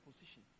position